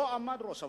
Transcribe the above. לא עמד ראש הממשלה.